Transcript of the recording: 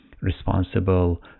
responsible